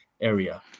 area